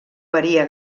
varia